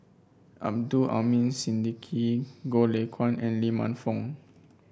Abdul Aleem Siddique Goh Lay Kuan and Lee Man Fong